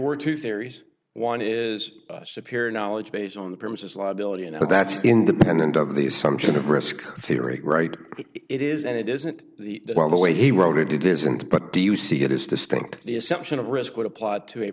were two theories one is superior knowledge base on the premises liability and that's in the pendant of the assumption of risk theory right it is and it isn't well the way he wrote it it isn't but do you see it is distinct the assumption of risk would apply to a